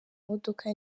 modoka